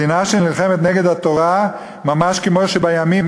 מדינה שנלחמת נגד התורה ממש כמו שבימים